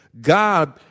God